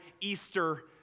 Easter